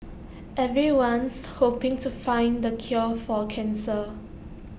everyone's hoping to find the cure for cancer